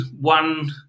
one